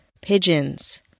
pigeons